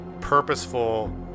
purposeful